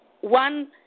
one